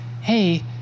hey